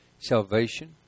salvation